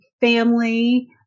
family